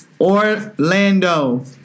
Orlando